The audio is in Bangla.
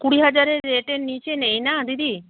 কুড়ি হাজারের রেটের নিচে নেই না দিদি